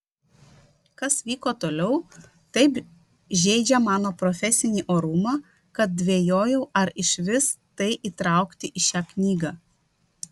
kas vyko toliau taip žeidžia mano profesinį orumą kad dvejojau ar išvis tai įtraukti į šią knygą